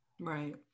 right